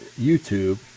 YouTube